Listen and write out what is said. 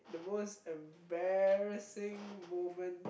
the most embarrassing moment